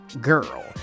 girl